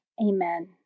Amen